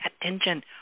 attention